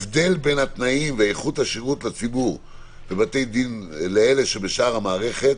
הבדל בין התנאים ואיכות השירות לציבור בבתי הדין לאלה שבשאר המערכת